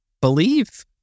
believe